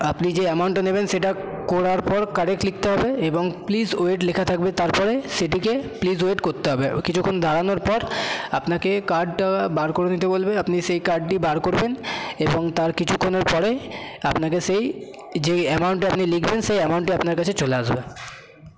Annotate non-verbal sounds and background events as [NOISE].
আপনি যে অ্যামাউন্টটা নেবেন সেটা [UNINTELLIGIBLE] পর কারেক্ট লিখতে হবে এবং প্লিজ ওয়েট লেখা থাকবে তারপরে সেটিকে প্লিজ ওয়েট করতে হবে কিছুক্ষণ দাঁড়ানোর পর আপনাকে কার্ডটা বার করে নিতে বলবে আপনি সেই কার্ডটি বার করবেন এবং তার কিছুক্ষণের পরে আপনাকে সেই যেই অ্যামাউন্টটা আপনি লিখবেন সেই অ্যামাউন্টটা আপনার কাছে চলে আসবে